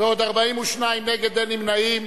בעוד 42 נגד, אין נמנעים.